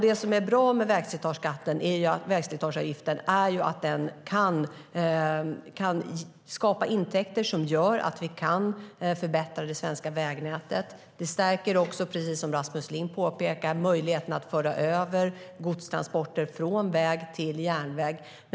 Det som är bra med vägslitageavgiften är att den kan skapa intäkter som gör att vi kan förbättra det svenska vägnätet. Det stärker också, precis som Rasmus Ling påpekar, möjligheten att föra över godstransporter från väg till järnväg.